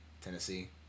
Tennessee